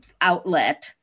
outlet